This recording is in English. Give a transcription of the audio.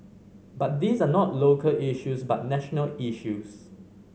but these are not local issues but national issues